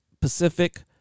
Pacific